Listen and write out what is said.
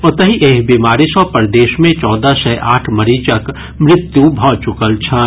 ओतहि एहि बीमारी सँ प्रदेश मे चौदह सय आठ मरीजक मृत्यु भऽ चुकल छनि